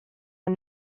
are